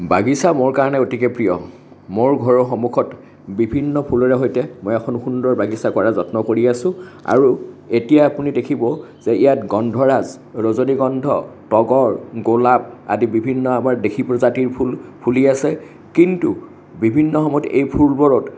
বাগিচা মোৰ কাৰণে অতিকে প্ৰিয় মোৰ ঘৰৰ সন্মুখত বিভিন্ন ফুলৰে সৈতে মই এখন সুন্দৰ বাগিচা কৰাৰ যত্ন কৰি আছোঁ আৰু এতিয়া আপুনি দেখিব যে ইয়াত গন্ধৰাজ ৰজনীগন্ধ তগৰ গোলাপ আদি বিভিন্ন আমাৰ দেশী প্ৰজাতিৰ ফুল ফুলি আছে কিন্তু বিভিন্ন সময়ত এই ফুলবোৰত